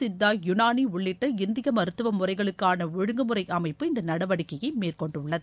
சித்தா யூனாளி உள்ளிட்ட இந்திய மருத்துவ முறைகளுக்கான ஒழுங்குமுறை அமைப்பு இந்த நடவடிக்கையை மேற்கொண்டுள்ளது